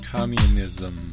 Communism